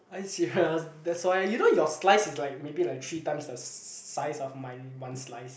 are you serious that's why you know your slice is like maybe like three times the size of my one slice